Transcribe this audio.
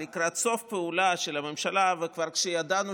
לקראת סוף פועלה של הממשלה וכשכבר ידענו